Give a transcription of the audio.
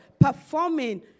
performing